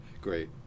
Great